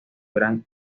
gran